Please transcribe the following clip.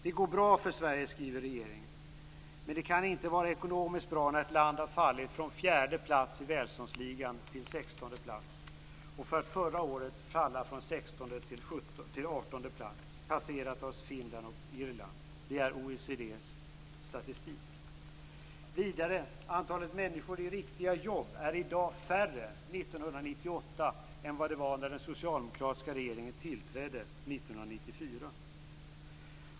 Det går bra för Sverige, skriver regeringen. Men det kan inte vara ekonomiskt bra när ett land har fallit från fjärde plats i välståndsligan till sextonde plats, för att förra året falla från sextonde till artonde plats, passerat av Finland och Irland. Det är OECD:s statistik. Antalet människor i riktiga jobb är färre 1998 än vad det var när den socialdemokratiska regeringen tillträdde 1994.